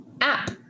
app